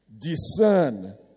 discern